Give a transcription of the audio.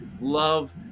love